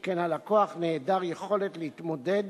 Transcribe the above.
שכן הלקוח נעדר יכולת להתמודד